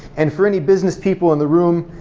and for any business people in the room,